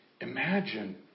Imagine